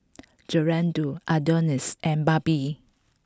Gerardo Adonis and Barbie